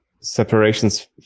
separations